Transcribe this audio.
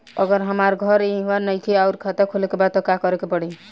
अगर हमार घर इहवा नईखे आउर खाता खोले के बा त का करे के पड़ी?